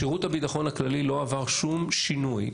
שירות הביטחון הכללי לא עבר שום שינוי.